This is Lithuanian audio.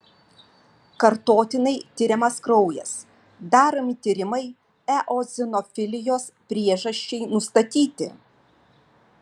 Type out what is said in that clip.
kartotinai tiriamas kraujas daromi tyrimai eozinofilijos priežasčiai nustatyti